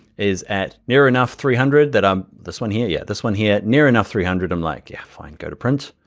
is at near enough three hundred that i, this one here? yeah, this one here. near enough three hundred, i'm like, yeah, fine, go to print,